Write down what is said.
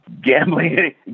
gambling